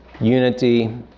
unity